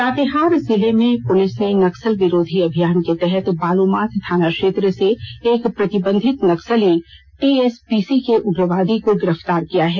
लातेहार जिले में पुलिस ने नक्सल रोधी अभियान के तहत बालूमाथ थाना क्षेत्र से एक प्रतिबंधित नक्सली टीएसपीसी के उग्रवादी को गिरफ्तार किया है